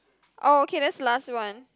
oh okay that's last one